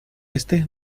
este